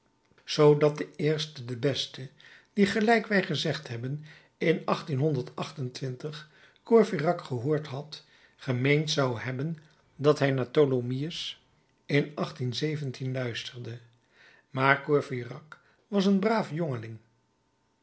zoodat de eerste de beste die gelijk wij gezegd hebben in courfeyrac gehoord had gemeend zou hebben dat hij naar tholomyes in luisterde maar courfeyrac was een braaf jongeling